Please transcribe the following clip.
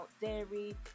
dairy